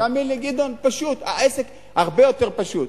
תאמין לי, גדעון, העסק הרבה יותר פשוט.